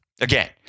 Again